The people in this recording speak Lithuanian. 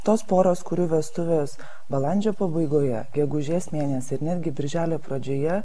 tos poros kurių vestuvės balandžio pabaigoje gegužės mėnesį ir netgi birželio pradžioje